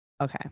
Okay